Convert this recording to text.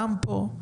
גם פה,